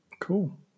Cool